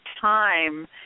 time